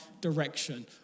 direction